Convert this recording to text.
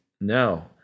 No